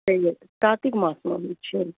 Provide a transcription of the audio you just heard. से कातिक मासमे होइ छै